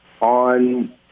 on